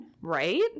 Right